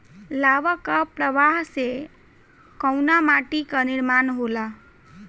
लावा क प्रवाह से कउना माटी क निर्माण होला?